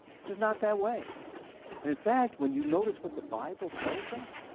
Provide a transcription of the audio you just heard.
it's just not that way. and in fact when you notice what the bible tells us,